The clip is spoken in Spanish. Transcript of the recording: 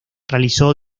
realizó